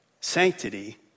sanctity